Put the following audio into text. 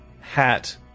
hat